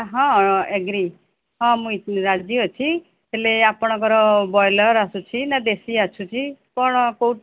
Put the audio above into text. ହଁ ଏଗ୍ରୀ ହଁ ମୁଇଁ ରାଜି ଅଛି ହେଲେ ଆପଣଙ୍କର ବ୍ରଏଲର୍ ଆସୁଛି ନା ଦେଶୀ ଆସୁଛି କ'ଣ କେଉଁ